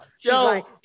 Yo